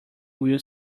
will